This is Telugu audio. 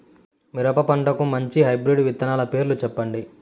మిరప పంటకు మంచి హైబ్రిడ్ విత్తనాలు పేర్లు సెప్పండి?